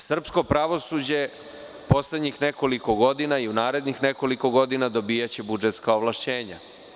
Srpsko pravosuđe poslednjih nekoliko godina i u narednih nekoliko godina dobijaće budžetska ovlašćenja.